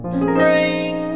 spring